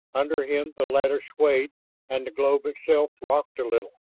under him the ladder swayed and the globe itself rocked a little.